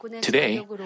Today